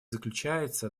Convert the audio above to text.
заключается